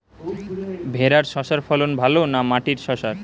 ভেরার শশার ফলন ভালো না মাটির শশার?